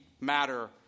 matter